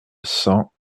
cent